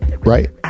right